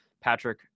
Patrick